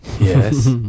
Yes